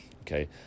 Okay